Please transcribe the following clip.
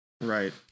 Right